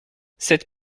cette